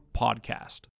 PODCAST